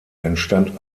entstand